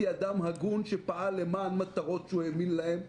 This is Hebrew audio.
אדם הגון שפעל למען מטרות שהוא האמין בהן,